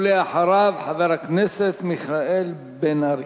ולאחריו, חבר הכנסת מיכאל בן-ארי.